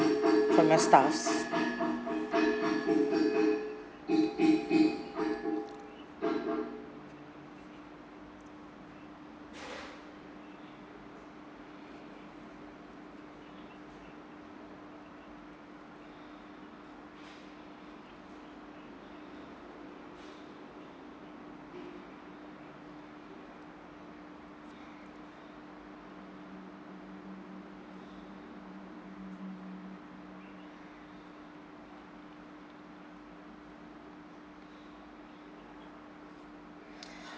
from your staffs